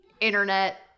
internet